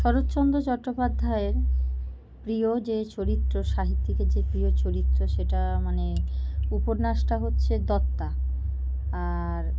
শরৎচন্দ্র চট্টোপাধ্যায়ের প্রিয় যে চরিত্র সাহিত্যিকের যে প্রিয় চরিত্র সেটা মানে উপন্যাসটা হচ্ছে দত্তা আর